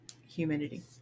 humidity